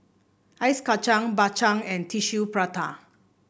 Ice Kacang Bak Chang and Tissue Prata